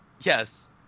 Yes